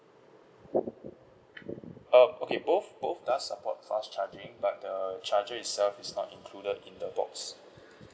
uh okay both both does support fast charging but the charger itself is not included in the box